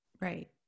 Right